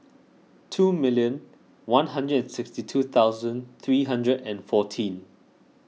two million one hundred and sixty two thousand three hundred and fourteen